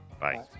Bye